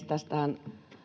tästähän